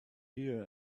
here